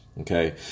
Okay